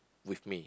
with me